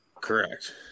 Correct